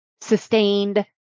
sustained